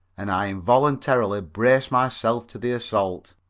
and i involuntarily braced myself to the assault.